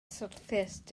syrthiaist